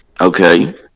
Okay